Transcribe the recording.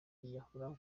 yiyahura